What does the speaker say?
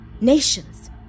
nations